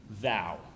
thou